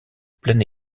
plein